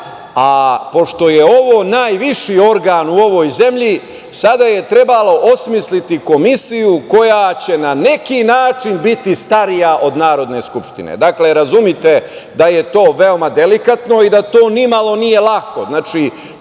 a pošto je ovo najviši organ u ovoj zemlji sada je trebalo osmisliti komisiju koja će na neki način biti starija od Narodne skupštine. Razumite da je to veoma delikatno i da to nimalo nije lako.